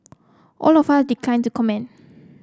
all of are declined to comment